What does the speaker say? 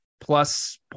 plus